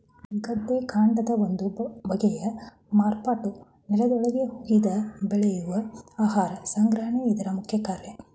ಗೆಡ್ಡೆಕಾಂಡದ ಒಂದು ಬಗೆಯ ಮಾರ್ಪಾಟು ನೆಲದೊಳಗೇ ಹುದುಗಿ ಬೆಳೆಯುತ್ತೆ ಆಹಾರ ಸಂಗ್ರಹಣೆ ಇದ್ರ ಮುಖ್ಯಕಾರ್ಯ